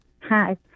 Hi